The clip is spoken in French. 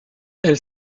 elle